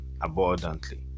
abundantly